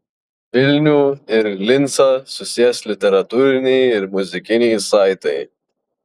vilnių ir lincą susies literatūriniai ir muzikiniai saitai